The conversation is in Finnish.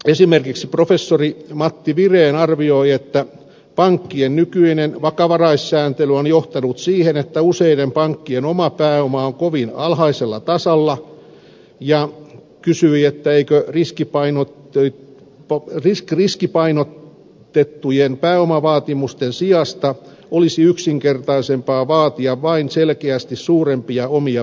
esimerkiksi professori matti viren arvioi että pankkien nykyinen vakavaraisuussääntely on johtanut siihen että useiden pankkien oma pääoma on kovin alhaisella tasolla ja kysyi eikö riskipainotettujen pääomavaatimusten sijasta olisi yksinkertaisempaa vain vaatia selkeästi suurempia omia pääomia